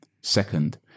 second